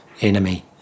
enemy